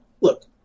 look